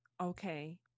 okay